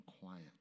quiet